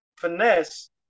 Finesse